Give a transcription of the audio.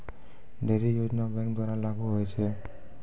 ढ़ेरी योजना बैंक द्वारा लागू होय छै